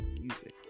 music